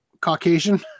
Caucasian